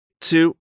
two